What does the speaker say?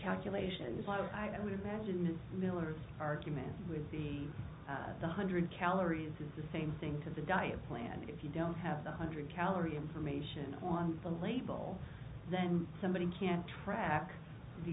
calculations lot of i would imagine miller's argument would be the hundred calories is the same thing to the diet plan if you don't have the hundred calorie information on the label then somebody can track the